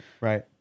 Right